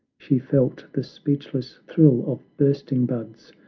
she felt the speechless thrill of bursting buds,